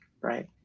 Right